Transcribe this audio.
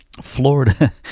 Florida